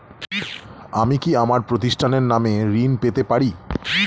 আমি কি আমার প্রতিষ্ঠানের নামে ঋণ পেতে পারি?